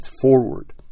forward